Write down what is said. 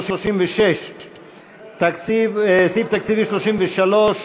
סעיף 30 אושר גם ל-2016 בקריאה שנייה,